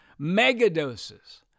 megadoses